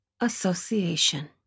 association